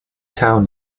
town